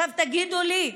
עכשיו תגידו לי: